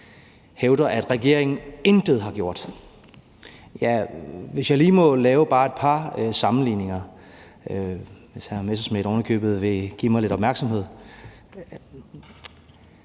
hævder, at regeringen intet har gjort. Hvis jeg lige må lave bare et par sammenligninger – og hvis hr. Morten Messerschmidt ovenikøbet vil give mig lidt opmærksomhed: